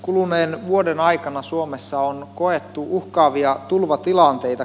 kuluneen vuoden aikana suomessa on koettu uhkaavia tulvatilanteita